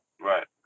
Right